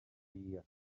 year